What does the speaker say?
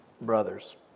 brothers